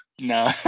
No